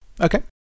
Okay